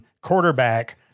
quarterback-